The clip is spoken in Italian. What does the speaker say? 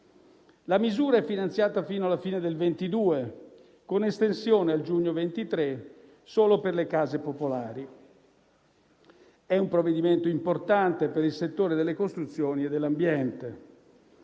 La misura è finanziata fino alla fine del 2022, con estensione al giugno 2023 solo per le case popolari. È un provvedimento importante per il settore delle costruzioni e per l'ambiente.